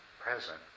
present